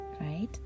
right